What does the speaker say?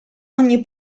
ogni